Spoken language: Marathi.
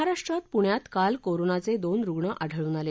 महाराष्ट्रात पुण्यात काल कोरोनाचे दोन रुग्ण आढळून आले